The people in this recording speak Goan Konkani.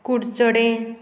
कुडचडें